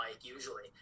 usually